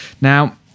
Now